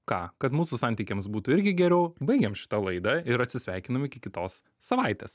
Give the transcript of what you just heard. ką kad mūsų santykiams būtų irgi geriau baigiam šitą laidą ir atsisveikinam iki kitos savaitės